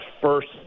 first